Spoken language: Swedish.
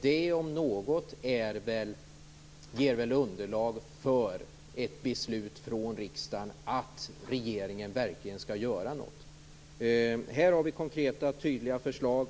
Det, om något, ger underlag för ett beslut från riksdagen att regeringen verkligen skall göra något. Här finns det konkreta och tydliga förslag.